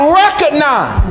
recognize